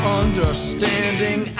understanding